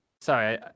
sorry